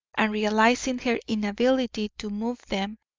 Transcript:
and realising her inability to move them,